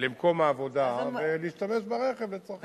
למקום העבודה ולהשתמש ברכב לצרכים אחרים.